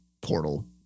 portal